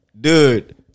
Dude